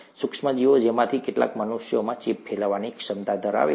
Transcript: સૂક્ષ્મ જીવો જેમાંથી કેટલાક મનુષ્યોમાં ચેપ ફેલાવવાની ક્ષમતા ધરાવે છે